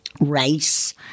race